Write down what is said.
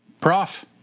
Prof